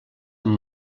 amb